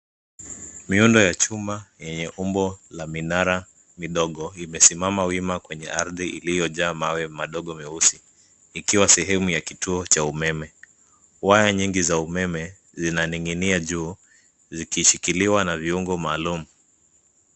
Miundo ya chumba yenye umbo wa minara midogo imesimama wima kwenye ardhi iliyojaa mawe madogo meusi, ikiwa sehemu ya kituo cha umeme. Waya nyingi za umeme zinaning'inia juu zikishikiliwa na viungo maalum.